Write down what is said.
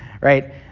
right